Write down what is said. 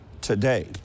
today